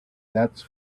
that